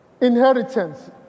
inheritance